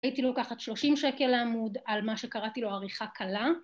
הייתי לוקחת 30 שקל לעמוד על מה שקראתי לו, עריכה קלה